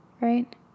Right